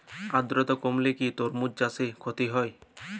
আদ্রর্তা কমলে কি তরমুজ চাষে ক্ষতি হয়?